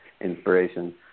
inspiration